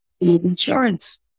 insurance